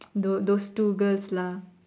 those those two girls lah